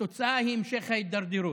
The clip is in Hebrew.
התוצאה היא המשך ההידרדרות.